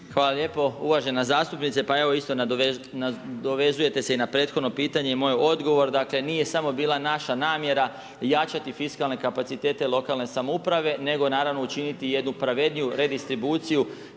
Hvala lijepo, uvažena zastupnice pa evo isto nadovezujete se i na prethodno pitanje i moj odgovor, dakle nije bila smo naša namjera jačati fiskalne kapacitete lokalne samouprave nego naravno učiniti jednu pravedniju redistribuciju